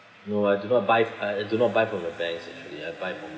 no I do not buy uh I do not buy from the bank actually I buy from